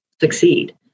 succeed